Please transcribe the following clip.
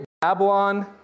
Babylon